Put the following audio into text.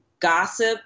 Gossip